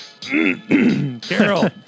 Carol